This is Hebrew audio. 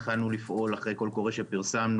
התחלנו לפעול אחרי קול קורא שפרסמנו,